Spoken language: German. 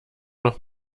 noch